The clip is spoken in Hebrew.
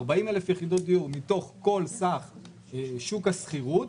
40,000יחידות דיור מתוך כך סך שוק השכירות,